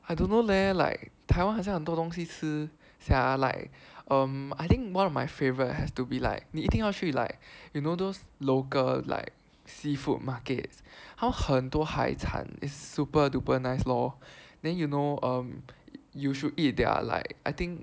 I don't know leh like Taiwan 好像很多东西吃 sia like um I think one of my favourite has to be like 你一定要去 like you know those local like seafood markets 他很多海产 is super duper nice lor then you know um you should eat their like I think